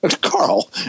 Carl